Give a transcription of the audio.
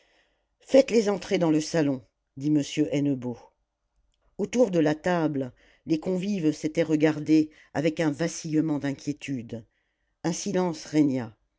faites-les entrer dans le salon dit m hennebeau autour de la table les convives s'étaient regardés avec un vacillement d'inquiétude un silence régna